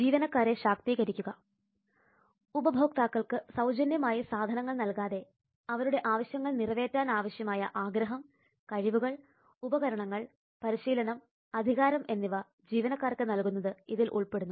ജീവനക്കാരെ ശാക്തീകരിക്കുക ഉപഭോക്താക്കൾക്ക് സൌജന്യമായി സാധനങ്ങൾ നൽകാതെ അവരുടെ ആവശ്യങ്ങൾ നിറവേറ്റാൻ ആവശ്യമായ ആഗ്രഹം കഴിവുകൾ ഉപകരണങ്ങൾ പരിശീലനം അധികാരം എന്നിവ ജീവനക്കാർക്ക് നൽകുന്നത് ഇതിൽ ഉൾപ്പെടുന്നു